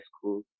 school